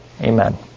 Amen